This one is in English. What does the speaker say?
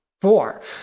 four